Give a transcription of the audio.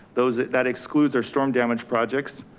those, that excludes or storm damage projects.